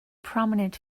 prominent